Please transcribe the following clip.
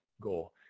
goal